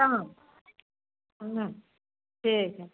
हँ ह्म्म ठीक